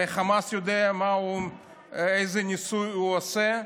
הרי חמאס יודע איזה ניסוי הוא עושה,